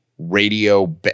radio